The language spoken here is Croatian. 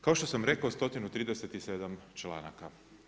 Kao što sam rekao 137. članaka.